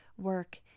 work